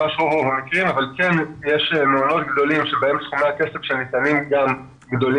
יש מעונות גדולים בהם סכומי הכסף שניתנים גדולים